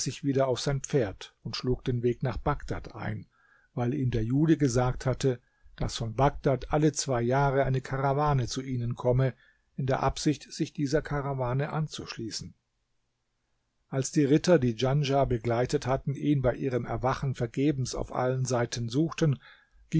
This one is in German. wieder auf sein pferd und schlug den weg nach bagdad ein weil ihm der jude gesagt hatte daß von bagdad alle zwei jahre eine karawane zu ihnen komme in der absicht sich dieser karawane anzuschließen als die ritter die djanschah begleitet hatten ihn bei ihrem erwachen vergebens auf allen seiten suchten